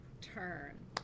turn